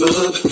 up